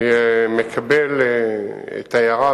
אני מקבל את ההערה,